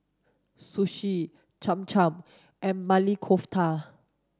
Sushi Cham Cham and Maili Kofta